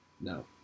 No